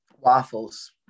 Waffles